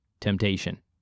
temptation